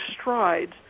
strides